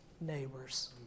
neighbors